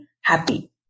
happy